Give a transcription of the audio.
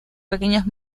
pequeños